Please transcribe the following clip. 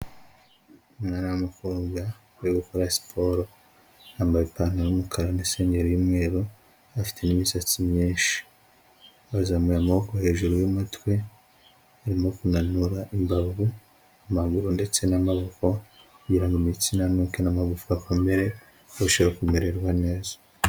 Umwana w'umukobwa uri gukora siporo, yambaye ipantaro y'umukara n'isengeri y'umweru, afite imisatsi myinshi. Azamuye amaboko hejuru y'umutwe, arimo kunanura imbavu, amaguru ndetse n'amaboko kugira ngo imitsi inanuke n'amagufwa akomere, kugira ngo arusheho kumererwa neza.